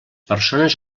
persones